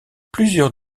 plusieurs